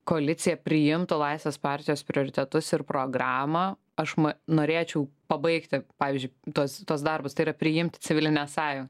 koalicija priimtų laisvės partijos prioritetus ir programą aš norėčiau pabaigti pavyzdžiui tuos tuos darbus tai yra priimti civilinę sąjungą